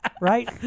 right